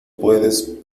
puedes